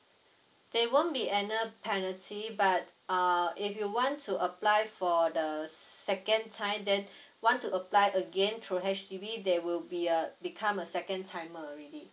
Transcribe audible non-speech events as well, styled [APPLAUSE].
they won't be any penalty but err if you want to apply for the second time then [BREATH] want to apply again through H_D_B they will be uh become a second timer already